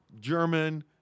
German-